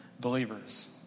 believers